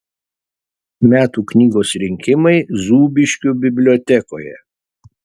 metų knygos rinkimai zūbiškių bibliotekoje